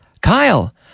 Kyle